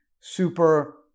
super